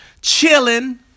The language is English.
chilling